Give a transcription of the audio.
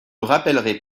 rappellerai